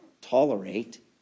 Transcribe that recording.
tolerate